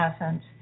essence